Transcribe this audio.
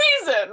reason